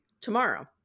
tomorrow